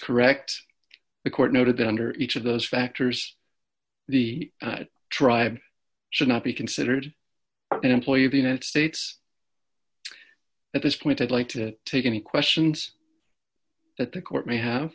correct the court noted that under each of those factors the tribe should not be considered an employee of the united states at this point i'd like to take any questions that the court may have